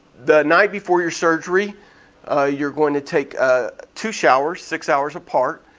the night before your surgery ah you're gonna take ah two showers six hours apart.